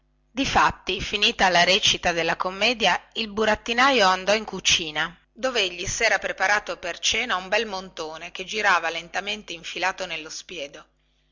difatti finita la recita della commedia il burattinaio andò in cucina dovegli sera preparato per cena un bel montone che girava lentamente infilato nello spiedo